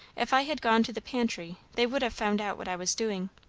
if i had gone to the pantry, they would have found out what i was doing.